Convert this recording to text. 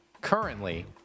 currently